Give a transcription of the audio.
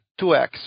2x